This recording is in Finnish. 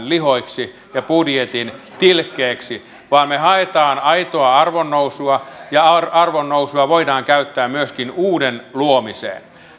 lihoiksi ja budjetin tilkkeeksi vaan me haemme aitoa arvonnousua ja arvonnousua voidaan käyttää myöskin uuden luomiseen